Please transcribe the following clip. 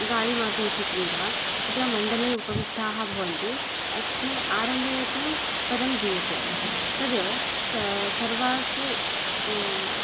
गालिमातु इति क्रीडा तत्र मण्डले उपविष्टा भवन्ति अस्मिन् आरम्भे एकं पदं दीयते तद् सर् सर्वासु